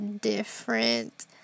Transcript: different